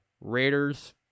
Raiders